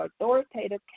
authoritative